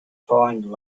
find